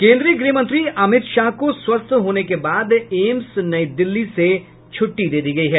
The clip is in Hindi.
केन्द्रीय गृह मंत्री अमित शाह को स्वस्थ होने के बाद एम्स नई दिल्ली से छुट्टी दे दी गयी है